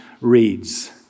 reads